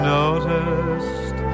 noticed